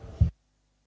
Hvala.